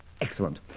Excellent